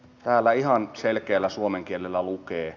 täällä ihan selkeällä suomenkielellä lukee